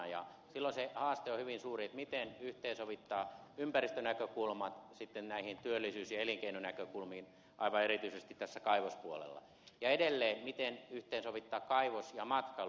silloin se haaste on hyvin suuri miten yhteensovittaa ympäristönäkökulmat sitten näihin työllisyys ja elinkeinonäkökulmiin aivan erityisesti tällä kaivospuolella ja edelleen miten yhteensovittaa kaivos ja matkailu